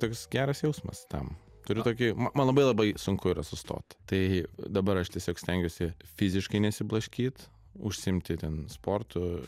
toks geras jausmas tam turiu tokį ma man labai labai sunku yra sustot tai dabar aš tiesiog stengiuosi fiziškai nesiblaškyt užsiimti ten sportu